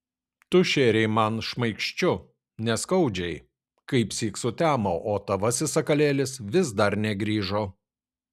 tu šėrei man šmaikščiu neskaudžiai kaipsyk sutemo o tavasis sakalėlis vis dar negrįžo